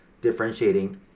differentiating